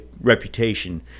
reputation